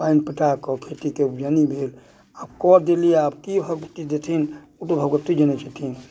पानि पटा कऽ ओ खेतीके उपजनी भेल आब कऽ देलियै आब की भगवती देथिन ओ तऽ भगवती जनैत छथिन